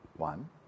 One